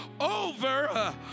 over